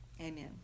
Amen